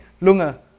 Lunga